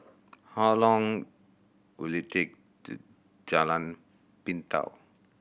how long will it take to Jalan Pintau